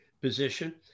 position